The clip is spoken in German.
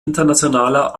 internationaler